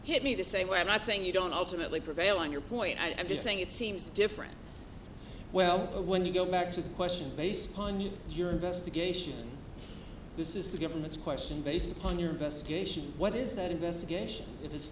hit me the same way i'm not saying you don't ultimately prevail on your point and just saying it seems different well when you go back to the question based upon you your investigation this is the government's question based upon your investigation what is that investigation if it's